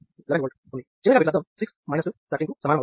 చివరగా వీటి లబ్దం 6 2 13 కు సమానం అవుతుంది